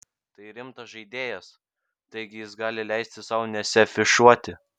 tai rimtas žaidėjas taigi jis gali leisti sau nesiafišuoti